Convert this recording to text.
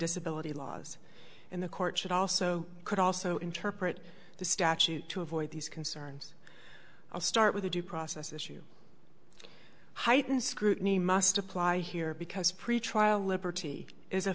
disability laws in the court should also could also interpret the statute to avoid these concerns i'll start with the due process issue heightened scrutiny must apply here because pretrial liberty is a